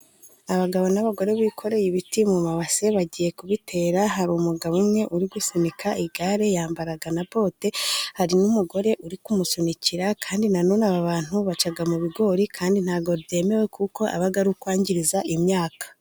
Abagabo n'abagore bikoreye ibiti mu mabase, bagiye kubitera. Hari umugabo umwe uri gusunika igare yambara na bote. Hari umugore uri kumusunikira kandi na none aba bantu baca mu bigori kandi nta bwo byemewe kuko aba ari ukwangiriza imyaka.